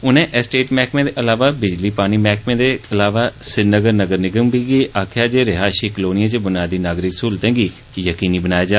उनें एस्टेट मैह्कमें दे अलावा बिजली पानी मैह्कमें ते श्रीनगर नगर निगम गी बी आक्खेआ जे रिहायषी कलोनिए च बुनियादी नागरिक सहूलतें गी यकीनी बनाया जा